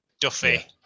Duffy